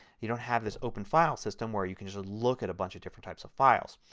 you don't have this open file system where you can just look at a bunch of different types of files.